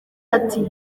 ati